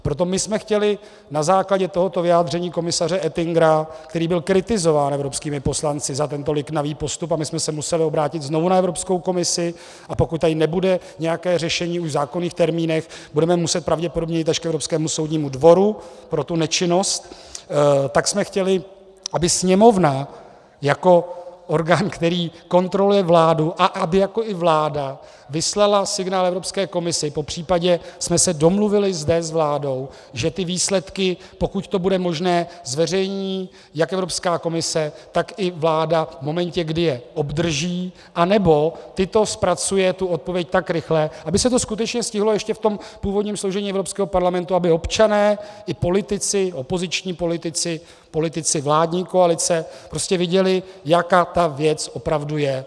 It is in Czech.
Proto my jsme chtěli na základě tohoto vyjádření komisaře Oettingera, který byl kritizován evropskými poslanci za tento liknavý postup, a my jsme se museli obrátit znovu na Evropskou komisi, a pokud tady nebude nějaké řešení v zákonných termínech, budeme muset pravděpodobně jít až k Evropskému soudnímu dvoru pro tu nečinnost, tak jsme chtěli, aby Sněmovna jako orgán, který kontroluje vládu, a aby jako i vláda vyslala signál Evropské komisi, popř. jsme se domluvili zde s vládou, že ty výsledky, pokud to bude možné, zveřejní jak Evropská komise, tak i vláda v momentě, kdy je obdrží, anebo zpracuje tu odpověď tak rychle, aby se to skutečně stihlo ještě v tom původním složení Evropského parlamentu, aby občané i politici, opoziční politici, politici vládní koalice prostě viděli, jaká ta věc opravdu je.